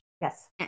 yes